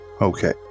okay